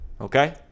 Okay